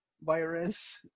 virus